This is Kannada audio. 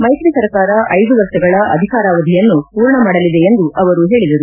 ಮೈತ್ರಿ ಸರ್ಕಾರ ಐದು ವರ್ಷಗಳ ಅಧಿಕಾರಾವಧಿಯನ್ನು ಪೂರ್ಣ ಮಾಡಲಿದೆ ಎಂದು ಅವರು ಹೇಳಿದರು